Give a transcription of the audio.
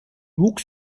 wuchs